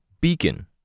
Beacon